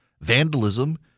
vandalism